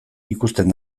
ikusten